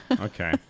Okay